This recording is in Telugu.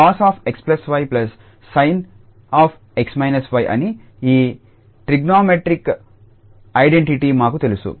2sin𝑥cos𝑦 sin𝑥𝑦sin𝑥−𝑦 అని ఈ ట్రిగోనోమెట్రిక్ ఐడెంటిటీ మాకు తెలుసు